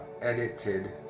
edited